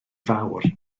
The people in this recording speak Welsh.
fawr